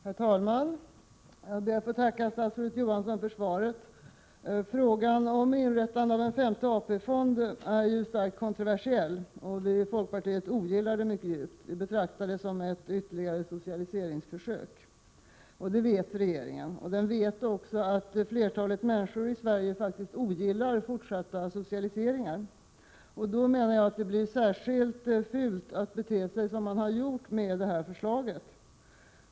Herr talman! Jag ber att få tacka statsrådet Johansson för svaret. Frågan om inrättande av en femte AP-fond är starkt kontroversiell, och vi i folkpartiet ogillar den djupt. Vi betraktar den som ett ytterligare socialise ringsförsök. Regeringen vet detta. Regeringen vet också att flertalet människor i Sverige faktiskt ogillar fortsatta socialiseringar. Då är det särskilt fult att bete sig som man har gjort med detta förslag.